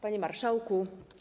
Panie Marszałku!